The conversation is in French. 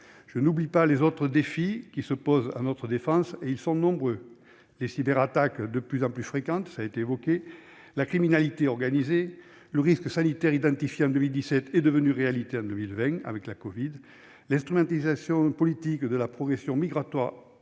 Je n'oublie pas les autres défis qui se posent à notre défense. Ils sont nombreux : les cyberattaques de plus en plus fréquentes- les précédents orateurs les ont évoquées -, la criminalité organisée, le risque sanitaire identifié en 2017 et devenu réalité en 2020 avec la covid, l'instrumentalisation politique de la pression migratoire